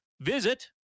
visit